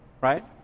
right